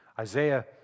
Isaiah